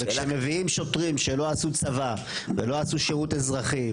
כשמביאים שוטרים שלא עשו צבא ולא עשו שירות אזרחי,